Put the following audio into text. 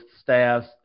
staffs